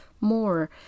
more